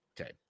Okay